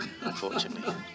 unfortunately